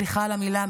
סליחה על המילה,